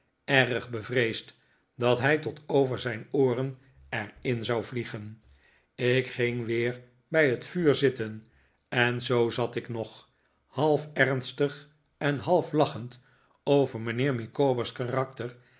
erg bevreesd dat hij tot over zijn ooren er in zou vliegen ik ging weer bij het vuur zitten en zoo zat ik nog half ernstig en half lachend over mijnheer micawber's karakter